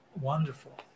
wonderful